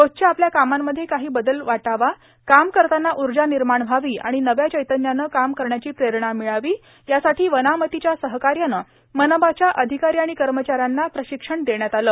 रोजच्या आपल्या कामांमध्ये कार्हा बदल वाटावा काम करताना ऊजा र्णानमाण व्हावी आर्गाण नव्या चैतन्यानं काम करण्याची प्रेरणा र्मिळावी यासाठीं वनामतीच्या सहकायानं मनपाच्या अधिकारां आण कमचाऱ्यांना प्राशक्षण देण्यात आलं